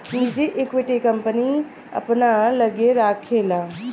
निजी equity, company अपना लग्गे राखेला